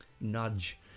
nudge